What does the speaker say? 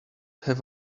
have